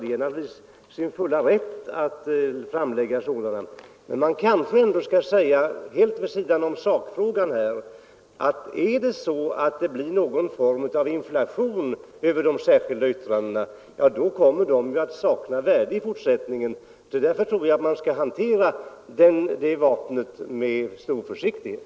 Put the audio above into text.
De är naturligtvis i sin fulla rätt att framlägga sådana, men man kanske ändå skall säga, helt vid sidan om sakfrågan här, att blir det någon form av inflation i särskilda yttranden, då kommer de att sakna värde i fortsättningen. Därför tror jag att man bör hantera det vapnet med stor försiktighet.